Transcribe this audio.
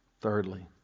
Thirdly